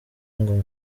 ngo